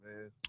man